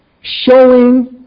Showing